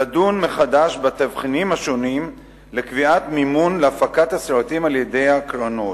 לדון מחדש בתבחינים השונים לקביעת מימון להפקת הסרטים על-ידי הקרנות.